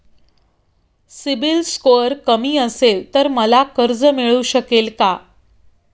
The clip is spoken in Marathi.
सिबिल स्कोअर कमी असेल तर मला कर्ज मिळू शकेल का?